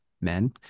men